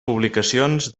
publicacions